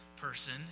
person